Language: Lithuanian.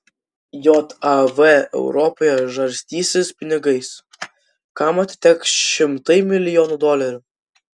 jav europoje žarstysis pinigais kam atiteks šimtai milijonų dolerių